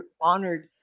honored